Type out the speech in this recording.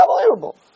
unbelievable